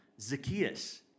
Zacchaeus